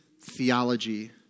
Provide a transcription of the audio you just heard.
theology